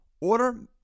Order